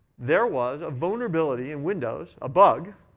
there was a vulnerability in windows, a bug,